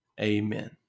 Amen